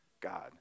God